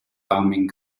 farming